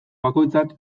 bakoitzak